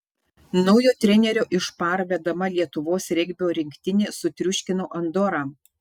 naujo trenerio iš par vedama lietuvos regbio rinktinė sutriuškino andorą